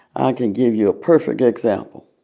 i can give you a perfect example,